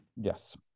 Yes